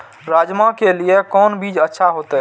राजमा के लिए कोन बीज अच्छा होते?